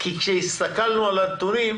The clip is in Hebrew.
כי כאשר הסתכלנו על הנתונים,